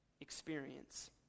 experience